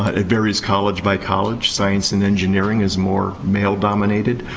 ah it varies college by college. science and engineering is more male dominated.